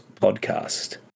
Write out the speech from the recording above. podcast